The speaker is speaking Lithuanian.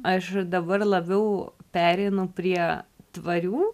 aš dabar labiau pereinu prie tvarių